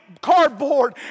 cardboard